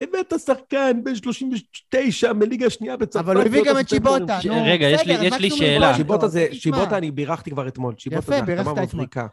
הבאת שחקן, בן 39, מליגה שנייה בצרפת... - אבל הוא הביא גם את צ'יבוטה. - רגע, יש לי שאלה. - צ'יבוטה זה... צ'יבוטה, אני בירכתי כבר אתמול. - יפה, ברכת אתמול - אתה בא בפריקה.